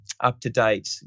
up-to-date